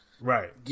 Right